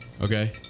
okay